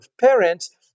parents